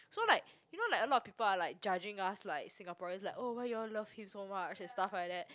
so like you know like a lot of people are like judging us like Singaporeans like oh why you all love him so much and stuff like that